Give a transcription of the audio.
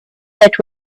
that